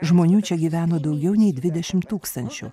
žmonių čia gyveno daugiau nei dvidešim tūkstančių